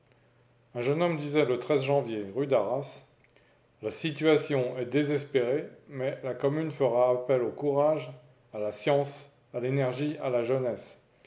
un jeune homme disait le janvier rue d'arras la situation est désespérée mais la commune fera appel au courage à la science à l'énergie à la jeunesse